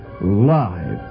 live